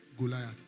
Goliath